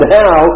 now